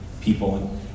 people